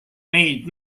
neid